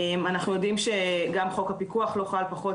אנחנו יודעים שגם חוק הפיקוח לא חל במקרה של פחות